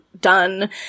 done